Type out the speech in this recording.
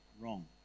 wrong